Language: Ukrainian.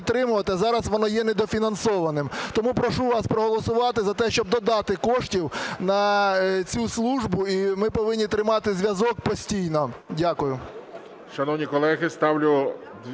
зараз вона є недофінансованою. Тому прошу вас проголосувати за те, щоб додати коштів на цю службу. І ми повинні тримати зв'язок постійно. Дякую.